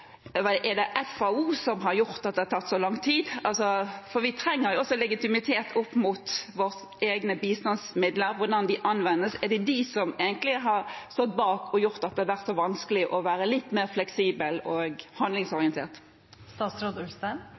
er: Er det FAO som har gjort at det har tatt så lang tid? Vi trenger jo også legitimitet for våre egne bistandsmidler, hvordan de anvendes. Er det de som egentlig har stått bak og gjort at det har vært så vanskelig å være litt mer fleksibel og